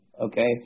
Okay